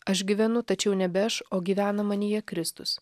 aš gyvenu tačiau nebe aš o gyvena manyje kristus